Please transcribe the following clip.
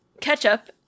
ketchup